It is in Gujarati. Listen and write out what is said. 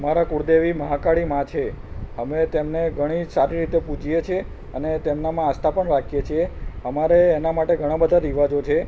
અમારા કુળદેવી મહાકાળીમાં છે અમે તેમને ઘણી સારી રીતે પૂજીએ છીએ અને તેમનામાં આસ્થા પણ રાખીએ છીએ અમારે એના માટે ઘણા બધા રિવાજો છે